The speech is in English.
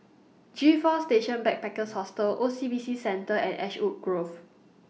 G four Station Backpackers Hostel O C B C Centre and Ashwood Grove